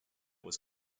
was